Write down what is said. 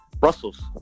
Brussels